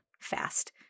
fast